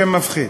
שם מפחיד.